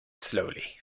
slowly